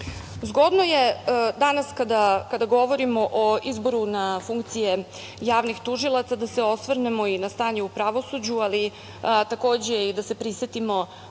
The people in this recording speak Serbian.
SNS?Zgodno je danas kada govorimo o izboru na funkcije javnih tužilaca da se osvrnemo i na stanje u pravosuđu, ali takođe i da se prisetimo nekih